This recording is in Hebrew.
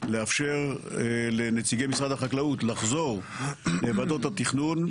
לאפשר לנציגי משרד החקלאות לחזור לוועדות התכנון.